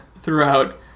throughout